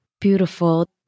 Beautiful